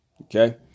okay